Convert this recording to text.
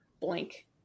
blank